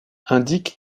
indique